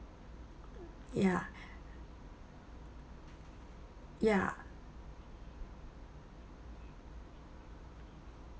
ya ya